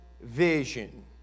vision